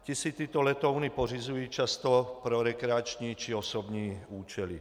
Ti si tyto letouny pořizují často pro rekreační či osobní účely.